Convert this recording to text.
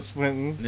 Swinton